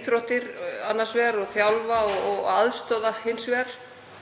íþróttir annars vegar og þjálfa og aðstoða hins